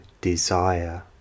desire